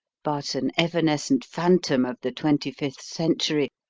but an evanescent phantom of the twenty-fifth century,